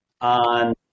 on